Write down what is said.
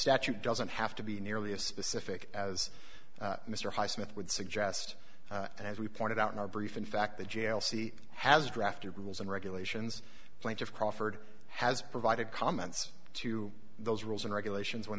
statute doesn't have to be nearly as specific as mr highsmith would suggest and as we pointed out in our brief in fact the jail see has drafted rules and regulations plaintiff crawford has provided comments to those rules and regulations when